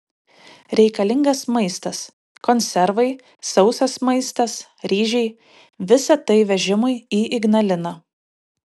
reikalingas maistas konservai sausas maistas ryžiai visa tai vežimui į ignaliną